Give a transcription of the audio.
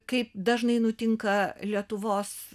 kaip dažnai nutinka lietuvos